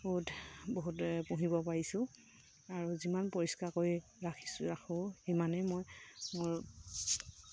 বহুত বহুত পুহিব পাৰিছোঁ আৰু যিমান পৰিষ্কাৰ কৰি ৰাখিছোঁ ৰাখোঁ সিমানেই মই মোৰ